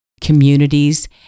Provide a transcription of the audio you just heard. communities